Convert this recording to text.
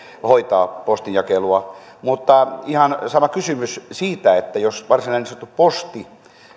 hoitaa postinjakelua mutta ihan sama kysymys siitä että jos varsinainen posti